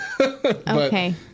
Okay